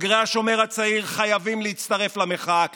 בוגרי השומר הצעיר חייבים להצטרף למחאה הכללית,